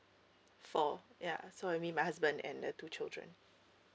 four ya so me and my husband and the two children